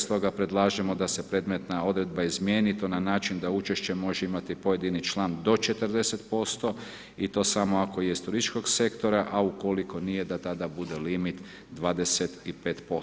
Stoga predlažemo da se predmetna odredba izmijeni i to na način da učešće može imati pojedini član do 40% i to samo ako je iz turističkog sektora, a ukoliko nije da tada bude limit 25%